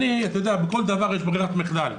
בכל דבר יש ברירת מחדל,